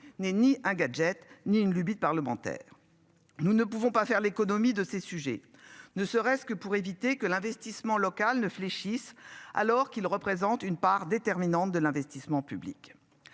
N'est ni un gadget ni une lubie de parlementaires. Nous ne pouvons pas faire l'économie de ces sujets ne serait-ce que pour éviter que l'investissement local ne fléchissent alors qu'ils représentent une part déterminante de l'investissement public.